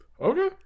Okay